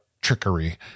trickery